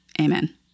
Amen